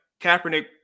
Kaepernick